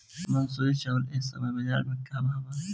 मंसूरी चावल एह समय बजार में का भाव बा?